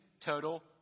total